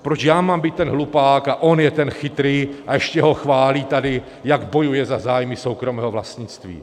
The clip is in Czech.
Proč já mám být ten hlupák a on je ten chytrý a ještě ho chválí tady, jak bojuje za zájmy soukromého vlastnictví.